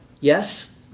Yes